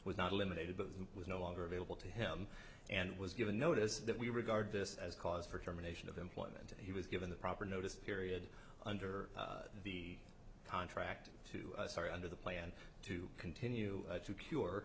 was not eliminated but was no longer available to him and was given notice that we regard this as cause for termination of employment and he was given the proper notice period under the contract to start under the plan to continue to cure